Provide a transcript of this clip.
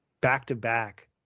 back-to-back